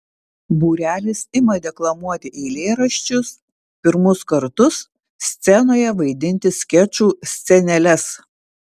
būrelis ima deklamuoti eilėraščius pirmus kartus scenoje vaidinti skečų sceneles